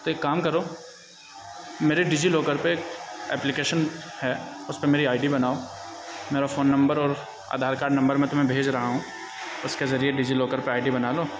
تو ایک کام کرو میرے ڈیجی لاکر پہ ایک اپلیکیشن ہے اس پہ میری آئی ڈی بناؤ میرا فون نمبر اور آدھار کارڈ نمبر میں تمہیں بھیج رہا ہوں اس کے ذریعے ڈیجی لاکر پہ آئی ڈی بنا لو